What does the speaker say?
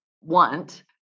want